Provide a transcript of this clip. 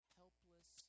helpless